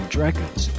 Dragons